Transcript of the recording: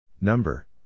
Number